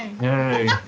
Yay